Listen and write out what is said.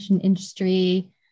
industry